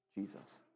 Jesus